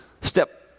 Step